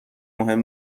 مهم